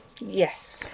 Yes